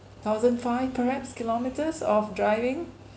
thousand five perhaps kilometres of driving